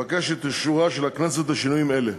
אבקש את אישורה של הכנסת לשינויים אלה.